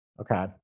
Okay